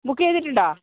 book ചെയ്തിട്ടുണ്ടോ